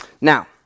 Now